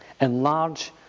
Enlarge